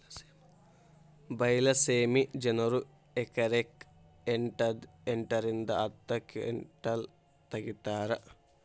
ಬೈಲಸೇಮಿ ಜನರು ಎಕರೆಕ್ ಎಂಟ ರಿಂದ ಹತ್ತ ಕಿಂಟಲ್ ತಗಿತಾರ